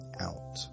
out